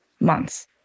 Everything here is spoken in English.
months